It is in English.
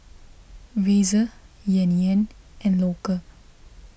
Razer Yan Yan and Loacker